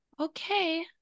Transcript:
okay